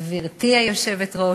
גברתי היושבת-ראש,